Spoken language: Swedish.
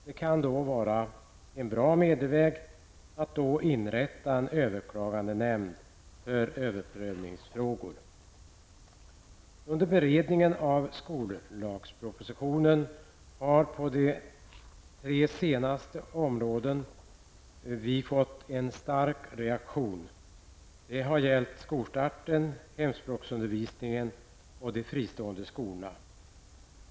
Det kan vara en bra medelväg att då inrätta en överklagandenämnd för överprövningsfrågor. Under beredningen av skollagspropositionen var det på tre områden som reaktionen var stark. Det har gällt skolstarten, hemspråksundervisningen och de fristående skolorna.